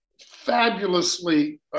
fabulously